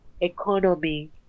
economy